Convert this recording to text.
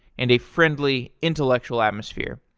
and a friendly, intellectual atmosphere.